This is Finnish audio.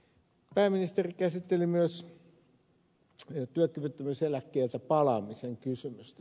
pääministeri käsitteli myös työkyvyttömyyseläkkeeltä palaamisen kysymystä